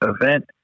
event